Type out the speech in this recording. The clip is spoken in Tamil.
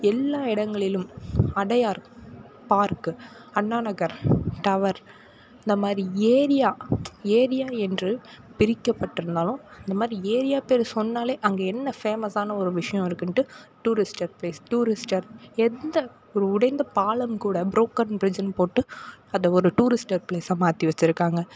எல்லா இடங்களிலும் அடையார் பார்க் அண்ணா நகர் டவர் இந்த மாதிரி ஏரியா ஏரியா என்று பிரிக்கப்பட்டிருந்தாலும் அந்த மாதிரி ஏரியா பேர் சொன்னாலே அங்கே என்ன ஃபேமஸான ஒரு விஷயம் இருக்குதுன்ட்டு டூரிஸ்ட் ப்ளேஸ் டூரிஸ்ட்டர் எந்த ஒரு உடைந்த பாலம் கூட ப்ரோக்கன் ப்ரிட்ஜ்ஜுன்னு போட்டு அதை ஒரு டூரிஸ்ட்டர் ப்ளேசாக மாற்றி வச்சுருக்காங்க